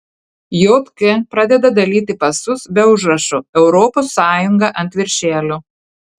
jk pradeda dalyti pasus be užrašo europos sąjunga ant viršelio